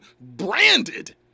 branded